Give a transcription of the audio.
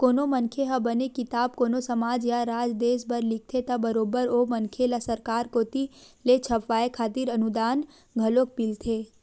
कोनो मनखे ह बने किताब कोनो समाज या राज देस बर लिखथे त बरोबर ओ मनखे ल सरकार कोती ले छपवाय खातिर अनुदान घलोक मिलथे